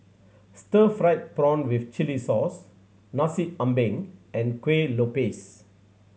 stir fried prawn with chili sauce Nasi Ambeng and Kuih Lopes